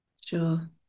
Sure